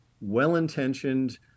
well-intentioned